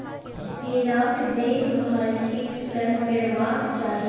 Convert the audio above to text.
भेराक देखभाल ठीक सँ करबाक चाही